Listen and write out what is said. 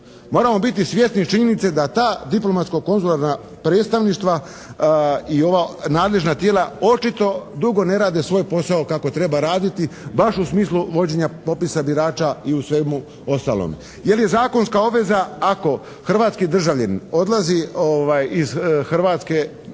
Moramo biti svjesni činjenice da ta diplomatsko-konzularna predstavništva i ova nadležna tijela očito dugo ne rade svoj posao kako treba raditi baš u smislu vođenja popisa birača i u svemu ostalome jer je zakonska obveza ako hrvatski državljanin odlazi iz Hrvatske